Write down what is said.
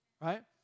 right